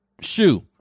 shoe